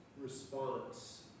response